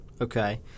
Okay